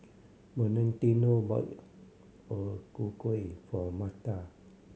Valentino bought O Ku Kueh for Marla